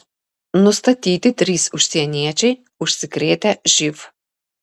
nustatyti trys užsieniečiai užsikrėtę živ